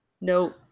No